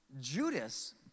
Judas